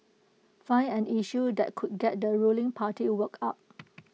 find an issue that could get the ruling party worked up